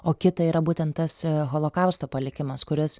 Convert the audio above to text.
o kita yra būtent tas holokausto palikimas kuris